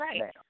right